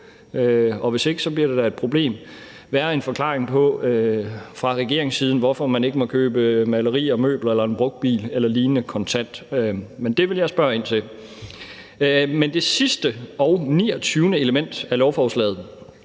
og hvis ikke, bliver det da et problem – være en forklaring på, hvorfor man ikke må købe malerier, møbler, en brugt bil eller lignende kontant. Men det vil jeg spørge ind til. Det sidste og 29. element af lovforslaget